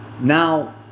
Now